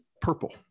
purple